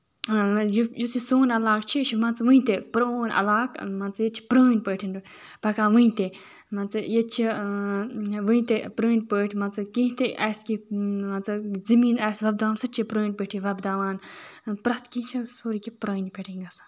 یُس یہِ سون علاقہٕ چھُ یہِ چھُ مان ژٕ وٕنہِ تہِ پرون علاقعہٕ مان ژٕ ییتہِ چھِ پرٲنۍ پٲٹھۍ پَکان وٕنہِ تہِ مان ژٕ ییٚتہِ چھِ وٕنہِ تہِ پرٲنۍ پٲٹھۍ مان ژٕ کیٚنٛہہ تہِ آسہِ کیٚنٛہہ مان ژٕ زمیٖن آسہِ وۄپداوُن سُہ تہِ چھِ پرٲنۍ پٲٹھی وۄپداوان پرٮ۪تھ کیٚنٛہہ چھُ سورُے کیٚنٛہہ پرانہِ پٲٹھی گژھان